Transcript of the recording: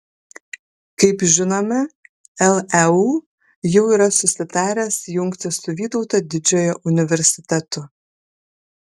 kaip žinome leu jau yra susitaręs jungtis su vytauto didžiojo universitetu